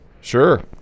Sure